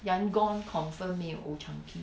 yangon confirm 没有 Old Chang Kee